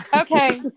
Okay